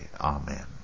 Amen